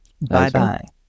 Bye-bye